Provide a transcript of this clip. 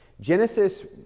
Genesis